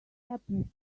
happens